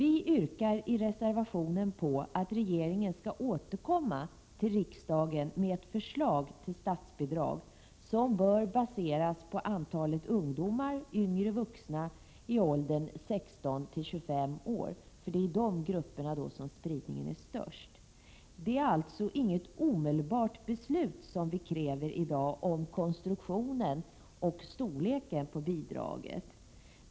I reservationen yrkar vi att regeringen skall återkomma till riksdagen med ett förslag till'(statsbidrag, som bör baseras på antalet ungdomar eller yngre vuxna i åldern 16-25 år, för det är inom de grupperna som spridningen är störst. Det är alltså inget omedelbart beslut om bidragets konstruktion och storlek som vi i dag kräver.